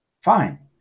Fine